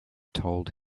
told